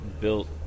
built